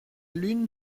lune